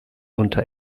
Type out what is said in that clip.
unter